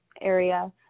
area